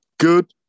Good